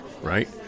right